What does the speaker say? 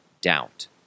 doubt